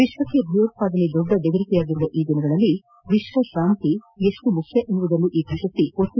ವಿಶ್ವಕ್ಕೆ ಭಯೋತ್ಪಾದನೆ ದೊಡ್ಡ ಬೆದರಿಕೆಯಾಗಿರುವ ಈ ದಿನಗಳಲ್ಲಿ ವಿಶ್ವಶಾಂತಿ ಎಷ್ಟು ಮುಖ್ಯ ಎನ್ನುವುದನ್ನು ಈ ಪ್ರಶಸ್ತಿ ಒತ್ತಿಹೇಳುತ್ತದೆ ಎಂದರು